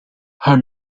her